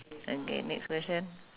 okay next question